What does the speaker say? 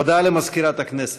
הודעה למזכירת הכנסת.